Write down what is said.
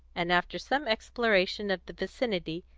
and after some exploration of the vicinity,